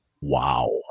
Wow